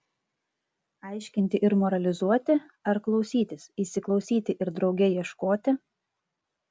aiškinti ir moralizuoti ar klausytis įsiklausyti ir drauge ieškoti